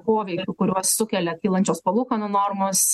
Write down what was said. poveikių kuriuos sukelia kylančios palūkanų normos